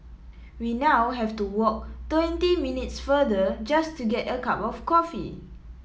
we now have to walk twenty minutes farther just to get a cup of coffee